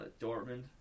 Dortmund